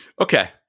Okay